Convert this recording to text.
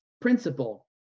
principle